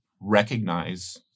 recognize